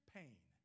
pain